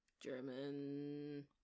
German